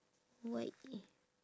what i~